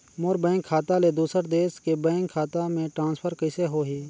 मोर bank खाता ले दुसर देश के बैंक खाता मे ट्रांसफर कइसे होही?